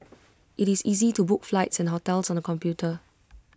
IT is easy to book flights and hotels on the computer